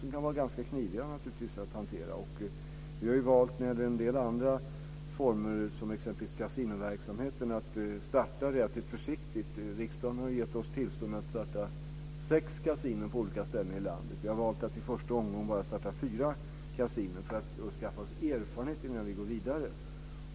De kan vara ganska kniviga att hantera. Vi har när det gäller en del andra former som exempelvis kasinoverksamheten valt att starta relativt försiktigt. Riksdagen har gett oss tillstånd att starta sex kasinon på olika ställen i landet. Vi har valt att i första omgången bara starta fyra kasinon och skaffa oss erfarenhet innan vi går vidare.